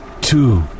Two